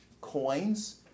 coins